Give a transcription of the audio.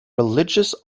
religious